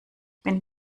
bin